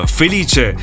felice